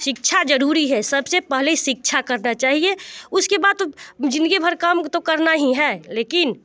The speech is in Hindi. शिक्षा ज़रूरी है सब से पहले शिक्षा करना चाहिए उसके बाद तो ज़िंदगी भर काम तो करना ही है लेकिन